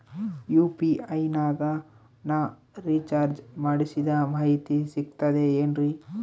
UPI ನಾಗ ನಾ recharge ಮಾಡಿಸಿದ ಮಾಹಿತಿ ಸಿಕ್ತದೆ ಏನ್ರಿ?